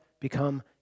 become